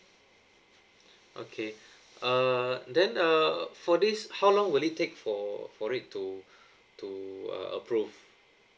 okay err then err for this how long will it take for for it to to uh approve